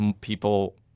people